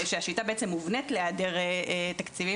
שהשיטה בעצם מובנית להעדר תקציבים,